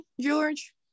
George